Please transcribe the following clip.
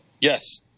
Yes